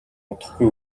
удахгүй